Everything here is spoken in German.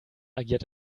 agiert